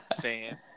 fan